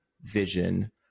vision